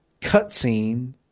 cutscene